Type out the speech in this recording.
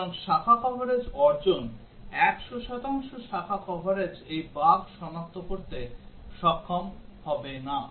সুতরাং শাখা কভারেজ অর্জন 100 শতাংশ শাখা কভারেজ এই বাগ সনাক্ত করতে সক্ষম হবে না